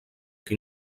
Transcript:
que